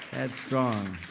head strong.